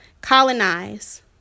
Colonize